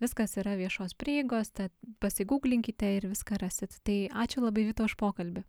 viskas yra viešos prieigos tad pasiguglinkite ir viską rasit tai ačiū labai vita už pokalbį